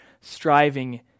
striving